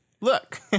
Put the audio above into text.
look